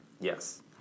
Yes